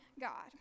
God